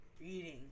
reading